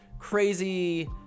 crazy